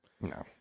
No